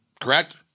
Correct